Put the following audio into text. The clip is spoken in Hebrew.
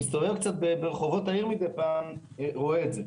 שמסתובב ברחובות העיר מדי פעם, רואה את זה.